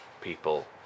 people